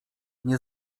nie